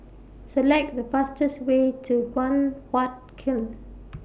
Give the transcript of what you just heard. Select The fastest Way to Guan Huat Kiln